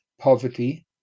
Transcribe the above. poverty